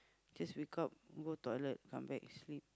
just wake up go toilet come back sleep